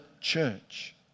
church